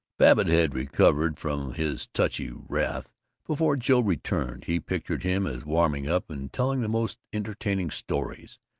babbitt had recovered from his touchy wrath before joe returned. he pictured him as warming up and telling the most entertaining stories.